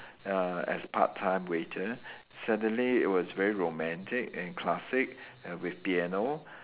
ya as part time waiter suddenly it was very romantic and classic uh with piano